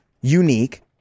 unique